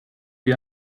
wie